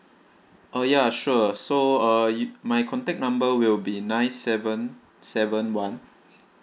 oh ya sure so uh you my contact number will be nine seven seven one